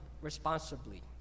responsibly